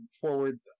forward